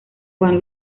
juan